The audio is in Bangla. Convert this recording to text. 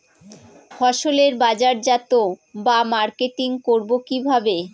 ফসলের বাজারজাত বা মার্কেটিং করব কিভাবে?